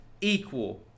equal